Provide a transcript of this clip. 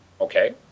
Okay